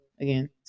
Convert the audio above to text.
again